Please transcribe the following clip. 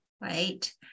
right